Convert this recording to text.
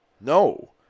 No